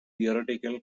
theoretical